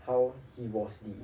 how he was the